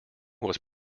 was